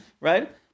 right